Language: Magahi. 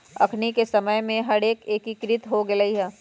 अखनि के समय में हे रेक यंत्रीकृत हो गेल हइ